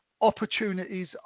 Opportunities